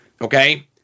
Okay